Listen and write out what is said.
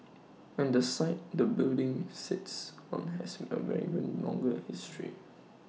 and the site the building sits on has longer history